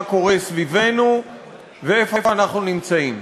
מה קורה סביבנו ואיפה אנחנו נמצאים.